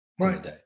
Right